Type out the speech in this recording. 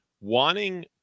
Wanting